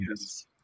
Yes